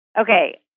okay